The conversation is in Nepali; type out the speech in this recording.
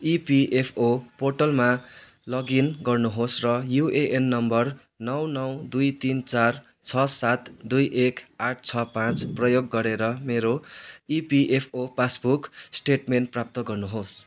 इपिएफओ पोर्टलमा लगइन गर्नु होस् र युएएन नम्बर नौ नौ दुई तिन चार छ सात दुई एक आठ छ पाँच प्रयोग गरेर मेरो इपिएफओ पास बुक स्टेटमेन्ट प्राप्त गर्नु होस्